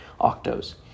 Octos